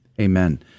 amen